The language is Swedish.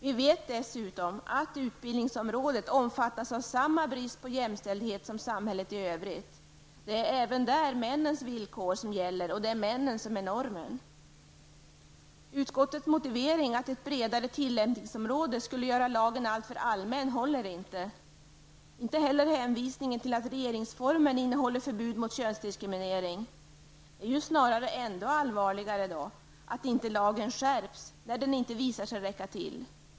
Vi vet att utbildningsområdet präglas av samma brist på jämställdhet som samhället i övrigt. Det är även där männens villkor som gäller, och det är männen som är normen. Utskottets motivering, att ett bredare tillämpningsområde skulle göra lagen alltför allmän, håller inte, inte heller hänvisningen till att regeringsformen innehåller förbud mot könsdiskriminering. Det är snarare ännu allvarligare att lagen inte skärps när den visar sig inte räcka till.